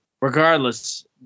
regardless